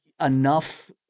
enough